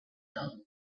gold